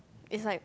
is like